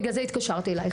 זה למה התקשרתי אלייך,